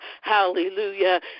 hallelujah